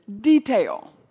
detail